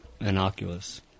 innocuous